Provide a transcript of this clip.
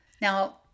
Now